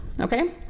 okay